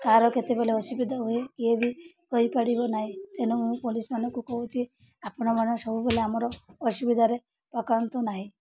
କାହାର କେତେବେଳେ ଅସୁବିଧା ହୁଏ କିଏ ବି କହିପାରିବ ନାହିଁ ତେଣୁ ମୁଁ ପୋଲିସମାନଙ୍କୁ କହୁଛି ଆପଣମାନେ ସବୁବେଳେ ଆମର ଅସୁବିଧାରେ ପକାନ୍ତୁ ନାହିଁ